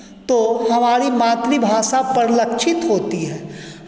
तो हमारी मातृभाषा परिलक्षित होती है